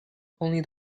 only